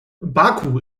baku